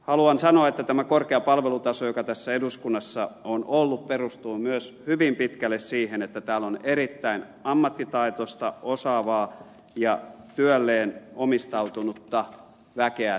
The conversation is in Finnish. haluan sanoa että tämä korkea palvelutaso joka tässä eduskunnassa on ollut perustuu myös hyvin pitkälle siihen että täällä on erittäin ammattitaitoista osaavaa ja työlleen omistautunutta väkeä töissä